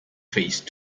face